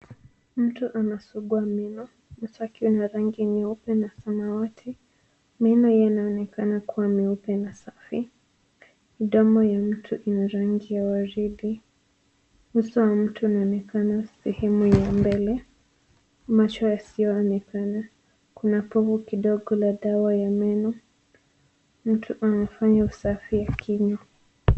Mtu anasugua meno. Mswaki una rangi nyeupe na samawati. Meno yanaonekana kuwa meupe na safi. Midomo ya mtu ina rangi ya waridi. Uso wa mtu unaonekana sehemu ya mbele, macho yasiyoonekana. Kuna pofu kidogo la dawa ya meno. Mtu anafanya usafi wa kinywa.